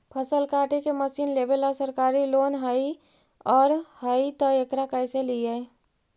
फसल काटे के मशीन लेबेला सरकारी लोन हई और हई त एकरा कैसे लियै?